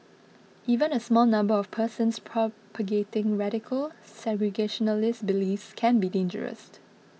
even a small number of persons propagating radical segregationist beliefs can be dangerous